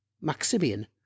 Maximian